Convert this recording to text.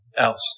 else